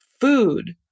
Food